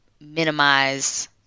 minimize